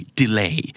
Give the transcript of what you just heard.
delay